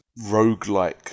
roguelike